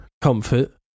Comfort